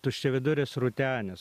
tuščiaviduris rūtenis